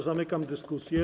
Zamykam dyskusję.